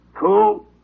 two